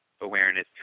awareness